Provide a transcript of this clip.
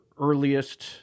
earliest